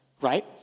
right